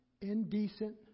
indecent